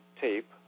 tape